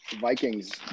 Vikings